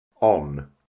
On